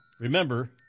remember